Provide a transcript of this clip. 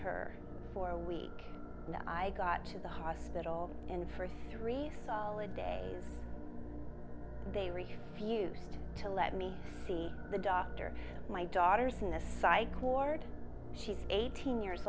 her for a week and i got to the hospital and for three solid days they were fused to let me see the doctor my daughter's in a psych ward she's eighteen years